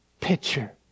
picture